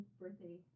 birthday